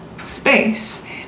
space